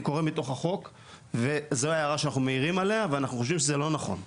אני קורא מתוך החוק וזוהי הערה שאנחנו מעירים עליה וחושבים שזה לא נכון.